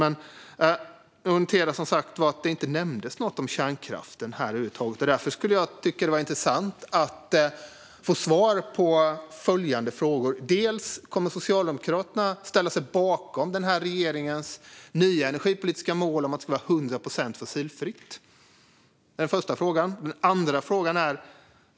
Jag noterade att det inte nämndes något om kärnkraften här över huvud taget, och därför skulle jag tycka att det var intressant att få svar på följande frågor: Kommer Socialdemokraterna att ställa sig bakom den här regeringens nya energipolitiska mål om att det ska vara 100 procent fossilfritt?